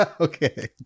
Okay